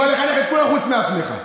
בא לחנך את כולם חוץ מאת עצמך.